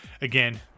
Again